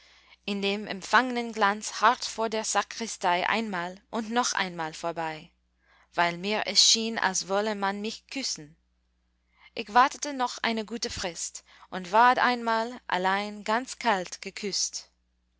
in dem empfangnen glanz hart vor der sakristei einmal und noch einmal vorbei weil mir es schien als wolle man mich küssen ich wartete noch eine gute frist und ward einmal allein ganz kalt geküßt